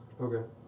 Okay